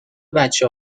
بچه